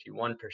51%